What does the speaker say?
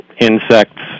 insects